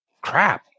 Crap